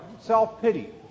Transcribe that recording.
self-pity